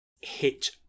hit